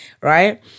right